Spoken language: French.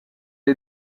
est